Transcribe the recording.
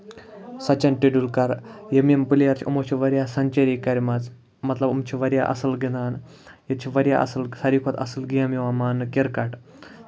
سٔچِن ٹنڈیوٗلکر یِم یِم پِلیر چھِ یِمو چھِ واریاہ سینچٔری آسان کٔرمَژٕ مطلب یِم چھِ واریاہ اَصٕل گِندان یِم چھِ اَصٕل ساروی کھۄتہٕ اَصٕل گیم یِوان ماننہٕ کِرکَٹ